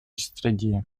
среде